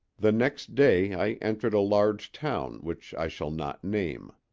the next day i entered a large town which i shall not name.